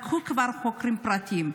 כבר לקחו חוקרים פרטיים.